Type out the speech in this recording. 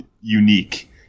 unique